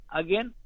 again